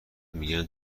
میگن